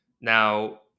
Now